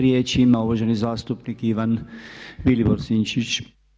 Riječ ima uvaženi zastupnik Ivan Vilibor Sinčić.